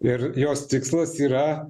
ir jos tikslas yra